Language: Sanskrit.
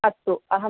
अस्तु अहं